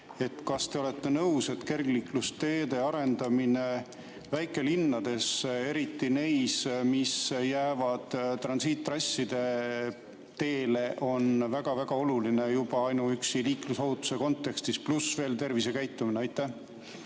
kas te olete nõus, et kergliiklusteede arendamine väikelinnades, eriti neis, mis jäävad transiittrasside teele, on väga-väga oluline juba ainuüksi liiklusohutuse kontekstis, lisaks veel tervisekäitumine. Aitäh,